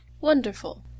Wonderful